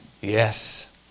Yes